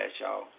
y'all